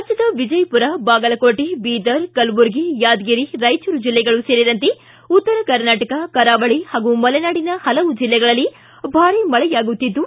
ರಾಜ್ಯದ ವಿಜಯಪುರ ಬಾಗಲಕೋಟೆ ಬೀದರ್ ಕಲಬುರಗಿ ಯಾದಗಿರಿ ರಾಯಚೂರು ಜಿಲ್ಲೆಗಳು ಸೇರಿದಂತೆ ಉತ್ತರ ಕರ್ನಾಟಕ ಕರಾವಳಿ ಹಾಗು ಮಲೆನಾಡಿನ ಹಲವು ಜಿಲ್ಲೆಗಳಲ್ಲಿ ಭಾರಿ ಮಳೆಯಾಗುತ್ತಿದ್ದು